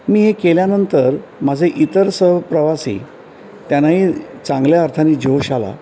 मी हे केल्यानंतर माझे इतर सहप्रवासी त्यांनाही चांगल्या अर्थानी जोश आला